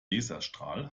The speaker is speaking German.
laserstrahl